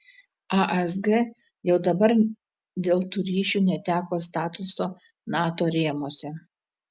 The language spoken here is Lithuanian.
asg jau dabar dėl tų ryšių neteko statuso nato rėmuose